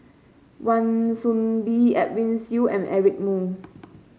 Wan Soon Bee Edwin Siew and Eric Moo